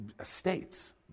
estates